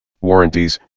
warranties